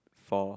for